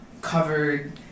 covered